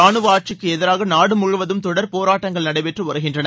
ரானுவ ஆட்சிக்கு எதிராக நாடு முழுவதும் தொடர் போராட்டங்கள் நடைபெற்று வருகின்றன